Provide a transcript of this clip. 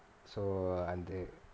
so அது:athu